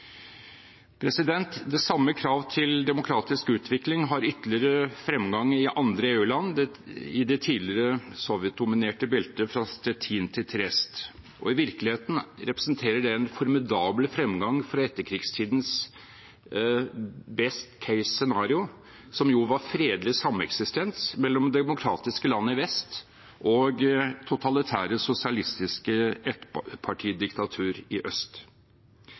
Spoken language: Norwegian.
Det samme krav til demokratisk utvikling har ytterligere fremgang i andre EU-land i det tidligere Sovjet-dominerte beltet fra Stettin til Trieste. I virkeligheten representerer det en formidabel fremgang fra etterkrigstidens «best case scenario», som jo var fredelig sameksistens mellom demokratiske land i vest og totalitære sosialistiske ettpartidiktaturer i øst.